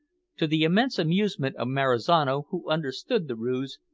to the immense amusement of marizano, who understood the ruse,